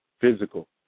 physical